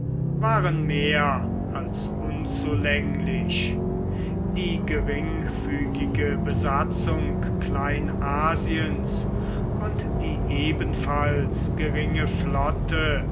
waren mehr als unzulänglich die geringfügige besatzung kleinasiens und die ebenfalls geringe flotte